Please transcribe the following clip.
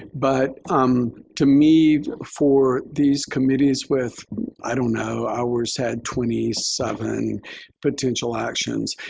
but to me for these committees with i don't know. ours had twenty seven potential actions.